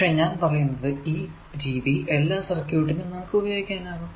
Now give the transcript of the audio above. പക്ഷെ ഞാൻ പറയുന്നത് ഈ രീതി എല്ലാ സർക്യൂട്ടിനും നമുക്ക് പ്രയോഗിക്കാനാകും